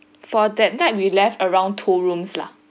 for that night we left around two rooms lah